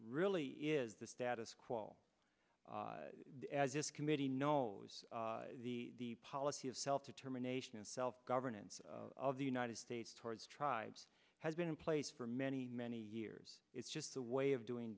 really is the status quo as this committee knows the policy of self determination self governance of the united states towards tribes has been in place for many many years it's just the way of doing